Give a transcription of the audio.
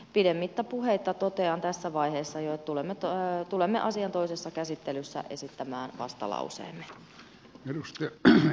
pidemmittä puheitta totean tässä vaiheessa jo että tulemme asian toisessa käsittelyssä esittämään vastalauseemme